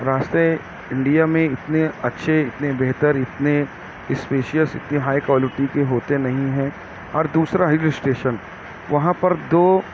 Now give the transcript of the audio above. راستے انڈیا میں اتنے اچھے اتنے بہتر اتنے اسپیشئس اتنے ہائی کوالیٹی کے ہوتے نہیں ہیں اور دوسرا ہل اسٹیشن وہاں پر دو